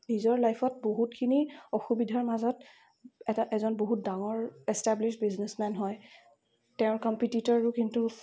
নিজৰ লাইফত বহুতখিনি অসুবিধাৰ মাজত এটা এজন বহুত ডাঙৰ এষ্টাবলিছ বিজনেচমেন হয় তেওঁৰ কম্পিডিটৰো কিন্তু